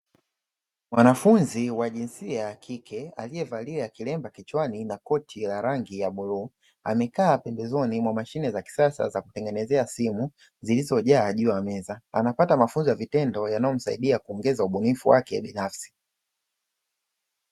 Mwanafunzi wa jinsia ya kike aliyevalia kiremba kichwani na koti ya rangi ya bluu amekaa pembezoni mwa mashine za kisasa za kutengenezea simu zilizojaa juu ya meza, anapata mafunzo ya vitendo yanayomsaidia kuongeza ubunifu wake binafsi.